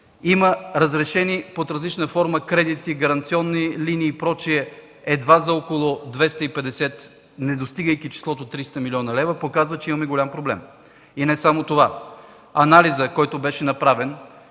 има разрешени под различна форма кредити, гаранционни линии и прочие едва за около 250 милиона лева, недостигайки 300. Това показва, че имаме голям проблем. И не само това. Анализът, който беше направен